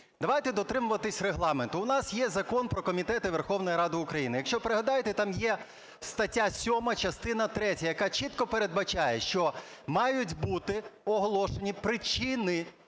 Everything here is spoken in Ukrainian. давайте дотримуватися Регламенту. У нас є Закон "Про комітети Верховної Ради України". Якщо пригадаєте, там є стаття 7, частина третя, яка чітко передбачає, що мають бути оголошені причини,